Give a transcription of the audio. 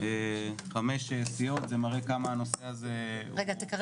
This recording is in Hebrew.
5 סיעות, זה מראה כמה הנושא הזה חשוב